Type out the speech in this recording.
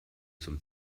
zum